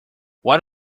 what